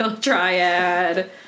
triad